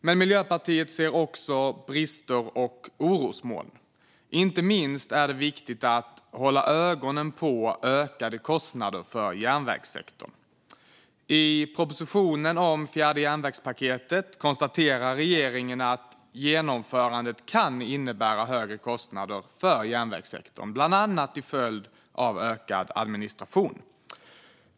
Men Miljöpartiet ser också brister och orosmoln, inte minst är det viktigt att hålla ögonen på ökade kostnader för järnvägssektorn. I propositionen om fjärde järnvägspaketet konstaterar regeringen att genomförandet kan innebära högre kostnader för järnvägssektorn, bland annat till följd av ökad administration.